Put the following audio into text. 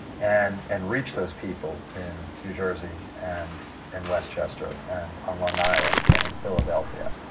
and and reach those people in new jersey and in westchester and on long island and in philadelphia.